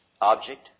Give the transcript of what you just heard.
object